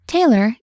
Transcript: Taylor